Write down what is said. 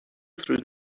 through